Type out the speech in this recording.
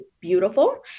beautiful